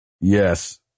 Yes